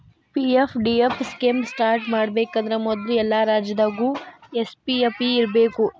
PFDF scheme start ಮಾಡಬೇಕಂದ್ರ ಮೊದ್ಲು ಎಲ್ಲಾ ರಾಜ್ಯದಾಗು ಎಸ್.ಪಿ.ಎಫ್.ಇ ಇರ್ಬೇಕು